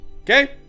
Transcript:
Okay